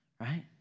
right